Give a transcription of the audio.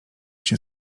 się